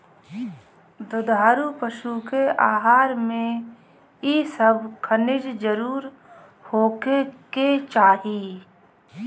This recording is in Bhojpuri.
दुधारू पशु के आहार में इ सब खनिज जरुर होखे के चाही